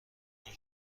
این